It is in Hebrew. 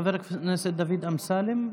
חבר הכנסת דוד אמסלם.